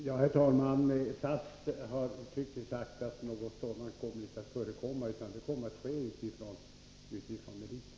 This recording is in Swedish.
Herr talman! SAS har uttryckligen sagt att något:sådant inte skall förekomma. Rekryteringen kommer att ske efter meriter.